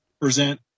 present